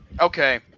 Okay